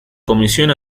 comisión